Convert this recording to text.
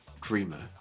dreamer